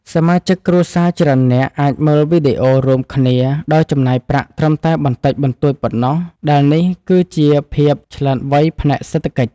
សមាជិកគ្រួសារច្រើននាក់អាចមើលវីដេអូរួមគ្នាដោយចំណាយប្រាក់ត្រឹមតែបន្តិចបន្តួចប៉ុណ្ណោះដែលនេះគឺជាភាពឆ្លាតវៃផ្នែកសេដ្ឋកិច្ច។